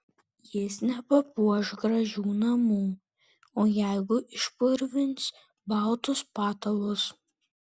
jis nepapuoš gražių namų o jeigu išpurvins baltus patalus